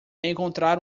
encontrar